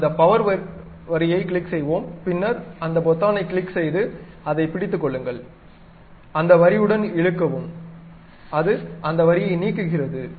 அந்த பவர் வரியை கிளிக் செய்வோம் பின்னர் அந்த பொத்தானைக் கிளிக் செய்து அதைப் பிடித்துக் கொள்ளுங்கள் அந்த வரியுடன் இழுக்கவும் அது அந்த வரியை நீக்குகிறது